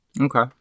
Okay